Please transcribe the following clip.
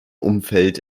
umfeld